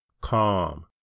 calm